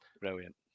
Brilliant